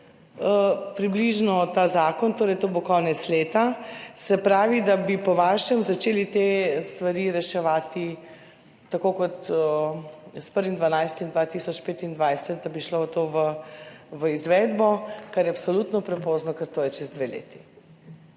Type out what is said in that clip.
tednu ta zakon, to bo konec leta, se pravi bi po vašem začeli te stvari reševati s 1. 12. 2025, ko bi šlo to v izvedbo, kar je absolutno prepozno, ker to je čez dve leti,